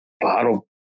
bottle